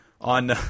On